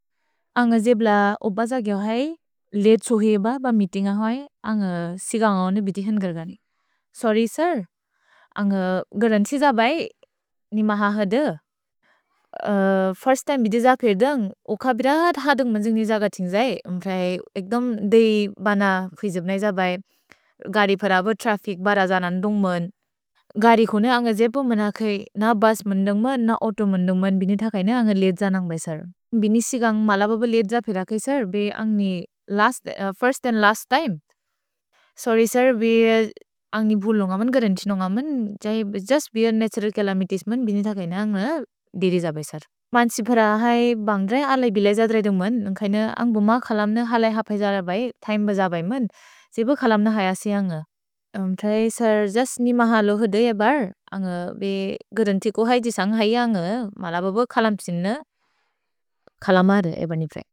अन्ग जेब् ल ओब्ब ज ग्यो है, लेद् सोहेब ब मीतिन्ग होइ, अन्ग सिग अन्गओने बिति हन् गर्गनि। सोर्र्य् सिर्, अन्ग गरन्सि ज बै, नि मह हद। फिर्स्त् तिमे बिदे ज खेर्दन्ग्, ओख बिराद् हदुन्ग् मजिन्ग् निजग तिन्ग् जै, म्प्रए एक्दुम् देय् बन फिजिब् नैज बै। गरि फरब, त्रफ्फिच्, बर जनन्दुन्ग् मन्। गरि खुने, अन्ग जेब् पो मनकै न बुस् मन्दुन्ग् म, न औतो मन्दुन्ग् मन्, बिने थकैने अन्ग लेद् जनन्ग् बै सिर्। भिने सिग अन्ग मल बब लेद् ज फिरकै सिर्, बै अन्ग नि first and last time. Sorry sir, बै अन्ग नि भुलुन्ग मन्, गरन्सिनुन्ग मन्, जै जस् बिअ नतुरल् चलमितिएस् मन्, बिने थकैने अन्ग दिरि ज बै सिर्। मन्सि फर है, बन्ग्द्र है, अलै बिलै ज त्रैदुन्ग् मन्, न्ग्कैन अन्ग् बुम खलम्न हलै हल्फ् हैजर बै, तिमे ब ज बै मन्, जेब खलम्न है असे अन्ग। म्प्रए सिर्, जस् नि महलो हद यबर्, अन्ग बै गरन्सि को है जिसन्ग् है अन्ग, मल बब खलम् सिन्न, खलमर् ए बनि फिरैन्।